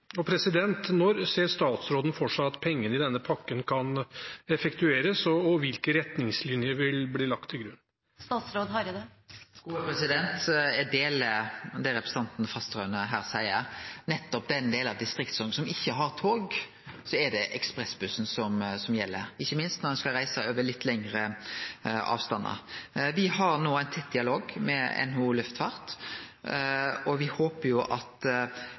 Når ser statsråden for seg at pengene i denne pakken kan effektueres, og hvilke retningslinjer vil bli lagt til grunn? Eg deler det representanten Fasteraune her seier. Nettopp for den delen av Distrikts-Noreg som ikkje har tog, er det ekspressbussen som gjeld, ikkje minst når ein skal reise over litt lengre avstandar. Me har no ein tett dialog med NHO Luftfart, og me håper iallfall at